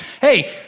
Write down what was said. Hey